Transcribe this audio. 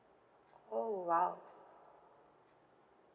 oh !wow!